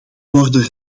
worden